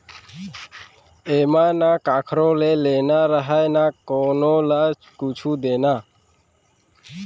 एमा न कखरो ले लेना रहय न कोनो ल कुछु देना